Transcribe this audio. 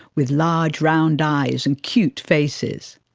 with large round eyes and cute faces.